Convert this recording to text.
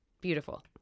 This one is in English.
beautiful